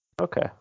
Okay